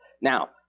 Now